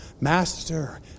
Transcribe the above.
master